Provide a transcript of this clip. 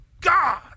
God